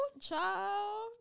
child